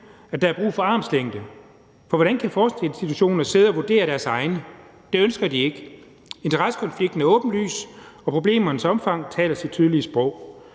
at der er brug for armslængde, for hvordan kan forskningsinstitutioner sidde og vurdere deres egne? Det ønsker de ikke. Interessekonflikten er åbenlys, og problemernes omfang taler sit tydelige sprog.